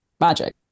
magic